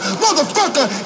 motherfucker